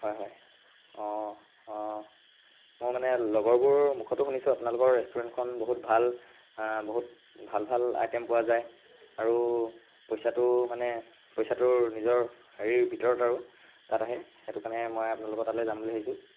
হয় হয় অঁ অঁ মোৰ মানে লগৰবোৰ মুখতো শুনিছোঁ আপোনালোকৰ ৰেষ্টুৰেণ্টখন বহুত ভাল বহুত ভাল ভাল আইটেম পোৱা যায় আৰু পইচাটো মানে পইচাটোৰ নিজৰ হেৰিৰ ভিতৰত আৰু তাত আহে সেইটো কাৰণে মই আপোনালোকৰ তাত যাম বুলি ভাবিছোঁ